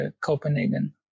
Copenhagen